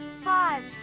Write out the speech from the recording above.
Five